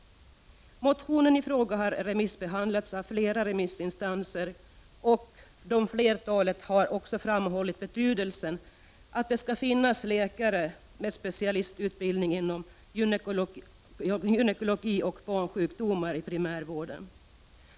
Motionen i fråga har remissbehandlats av flera remissinstanser, och flertalet har framhållit betydelsen av att det finns läkare med specialistutbildning inom gynekologi och barnsjukdomar i primärvården.